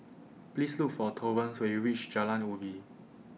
Please Look For Torrance when YOU REACH Jalan Ubi